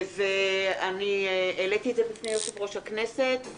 ואני העליתי את זה בפני יושב-ראש הכנסת.